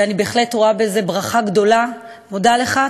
ואני בהחלט רואה בזה ברכה גדולה ומודה לך.